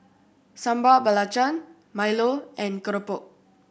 Sambal Belacan milo and keropok